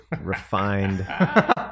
refined